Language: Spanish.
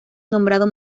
nombrado